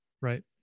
Right